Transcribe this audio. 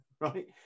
right